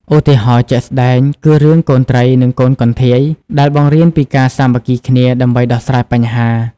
ឧទាហរណ៍ជាក់ស្ដែងគឺរឿង កូនត្រី និងកូនកន្ធាយ ដែលបង្រៀនពីការសាមគ្គីគ្នាដើម្បីដោះស្រាយបញ្ហា។